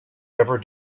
ever